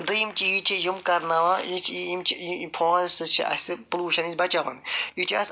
دٔیِم چیٖز چھِ یِم کَرناوان فارٮ۪سٹٕز چھِ اَسہِ پُلوٗشَن نِش بَچاوان یہِ چھ اسہِ اَصٕل